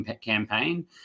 campaign